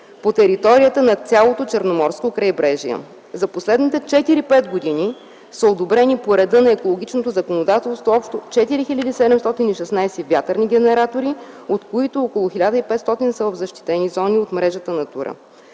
по територията на цялото Черноморско крайбрежие. За последните 4-5 години са одобрени по реда на екологичното законодателство общо 4 хил. 716 вятърни генератора, от които около 1500 са в защитени зони от мрежата „Натура”.